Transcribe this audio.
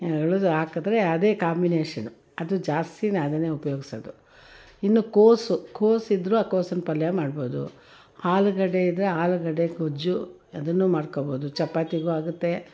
ಹಾಕಿದ್ರೆ ಅದೇ ಕಾಂಬಿನೇಷನು ಅದು ಜಾಸ್ತಿನೆ ಅದನ್ನೆ ಉಪಯೋಗ್ಸೋದು ಇನ್ನು ಕೋಸು ಕೋಸು ಇದ್ದರು ಆ ಕೋಸಿನ ಪಲ್ಯ ಮಾಡ್ಬೋದು ಆಲುಗಡ್ಡೆ ಇದ್ದರೆ ಆಲೂಗಡ್ಡೆ ಗೊಜ್ಜು ಅದನ್ನು ಮಾಡ್ಕೊಳ್ಬೋದು ಚಪಾತಿಗೂ ಆಗುತ್ತೆ